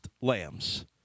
lambs